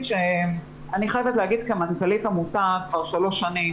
אני חייבת להגיד כמנכ"לית עמותה כבר שלוש שנים